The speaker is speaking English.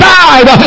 died